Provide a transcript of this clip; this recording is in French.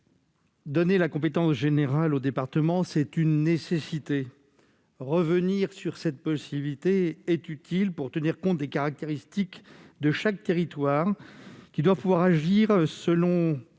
Donner la compétence générale au département, c'est une nécessité. Revenir sur cette possibilité est utile pour tenir compte des caractéristiques de chaque territoire, qui doit pouvoir agir selon